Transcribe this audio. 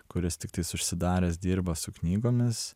kuris tiktais užsidaręs dirba su knygomis